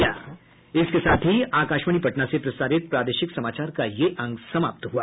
इसके साथ ही आकाशवाणी पटना से प्रसारित प्रादेशिक समाचार का ये अंक समाप्त हुआ